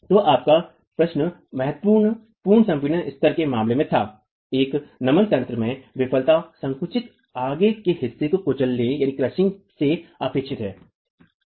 तो आपका प्रश्न महत्वपूर्ण पूर्व संपीड़न स्तरों के मामले में था एक नमन तंत्र में विफलता संकुचित आगे के हिस्से के कुचलने से अपेक्षित है